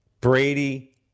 Brady